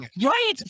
Right